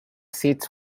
seat